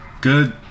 good